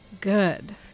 good